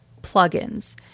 plugins